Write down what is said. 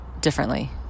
differently